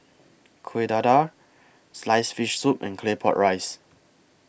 Kuih Dadar Sliced Fish Soup and Claypot Rice